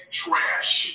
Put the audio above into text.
trash